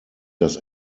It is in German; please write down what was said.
das